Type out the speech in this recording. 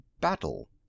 battle